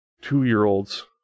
two-year-olds